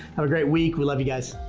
have a great week. we love you guys